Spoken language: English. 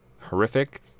horrific